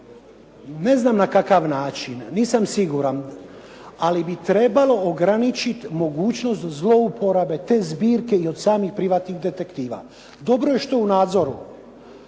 ne znam na kakav način, nisam siguran ali bi trebalo ograničiti mogućnost zlouporabe te zbirke i od samih privatnih detektiva. Dobro je što u nadzoru